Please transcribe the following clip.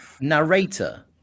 narrator